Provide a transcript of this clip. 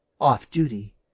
off-duty